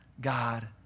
God